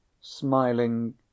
smiling